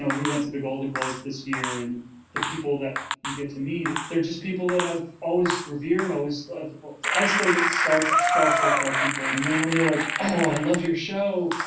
ah we went to the golden globes this year. and the people that you get to meet, they're just people i've always revered always i still get starstruck starstruck by people. and then when they're like, oh, i love your show.